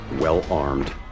well-armed